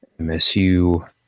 MSU